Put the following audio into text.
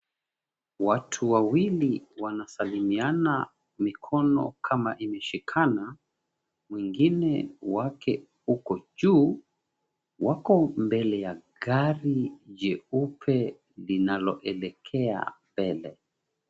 Watu wawili wanasalimiana mikono kama imeshikana. Mwingine wake huko juu wako mbele ya gari jeupe linaloelekea mbele.